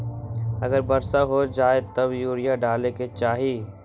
अगर वर्षा हो जाए तब यूरिया डाले के चाहि?